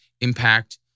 impact